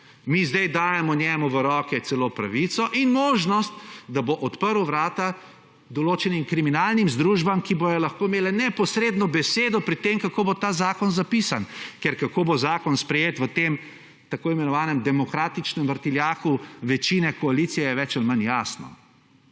mi zdaj dajemo njemu v roke celo pravico in možnost, da bo odprl vrata določenim kriminalnim združbam, ki bodo lahko imele neposredno besedo pri tem, kako bo ta zakon zapisan. Ker kako bo zakon sprejet v tem tako imenovanem demokratičnem vrtiljaku večine koalicije je več ali manj jasno.